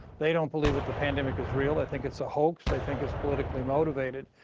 they don't believe that the pandemic is real. they think it's a hoax. they think it's politically motivated.